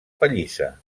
pallissa